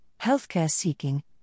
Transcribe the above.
healthcare-seeking